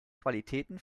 qualitäten